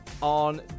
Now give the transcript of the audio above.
on